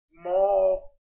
small